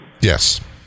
Yes